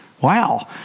Wow